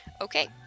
Okay